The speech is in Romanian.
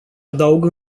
adaug